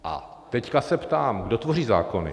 A teď se ptám kdo tvoří zákony?